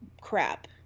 crap